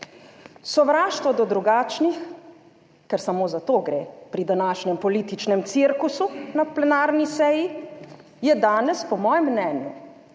Sovraštvo do drugačnih, ker samo za to gre pri današnjem političnem cirkusu na plenarni seji, je danes, po mojem mnenju,